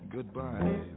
Goodbye